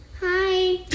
Hi